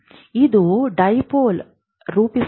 ಇದು ದ್ವಿಧ್ರುವಿಯನ್ನು ರೂಪಿಸುತ್ತದೆ